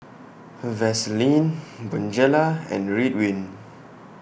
Vaselin Bonjela and Ridwind